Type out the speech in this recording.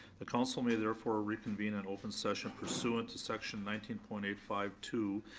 the council may therefore reconvene in open session pursuant to section nineteen point eight five two,